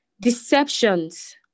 deceptions